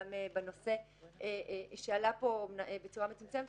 גם לגבי הנושא שעלה פה בצורה מצומצמת